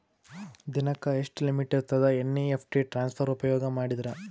ದಿನಕ್ಕ ಎಷ್ಟ ಲಿಮಿಟ್ ಇರತದ ಎನ್.ಇ.ಎಫ್.ಟಿ ಟ್ರಾನ್ಸಫರ್ ಉಪಯೋಗ ಮಾಡಿದರ?